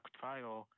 trial